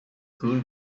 cool